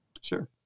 Sure